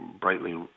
brightly